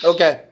Okay